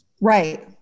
Right